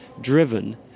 driven